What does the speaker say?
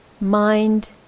mind